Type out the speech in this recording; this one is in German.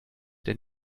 der